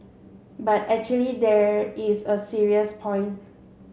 but actually there is a serious point